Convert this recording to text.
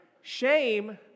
Shame